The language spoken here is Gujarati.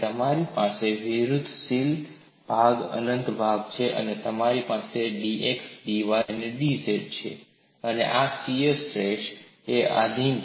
તમારી પાસે વૃધ્ધિશીલ ભાગ અનંત ભાગ છે તમારી પાસે "dx dy dz" છે અને આ શીયર સ્ટ્રેસને આધિન છે